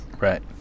Right